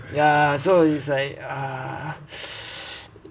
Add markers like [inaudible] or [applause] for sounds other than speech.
ya so it's like ah [noise]